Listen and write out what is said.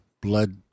blood